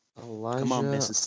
Elijah